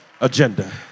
agenda